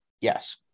yes